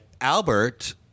Albert